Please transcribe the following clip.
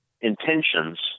intentions